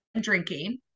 drinking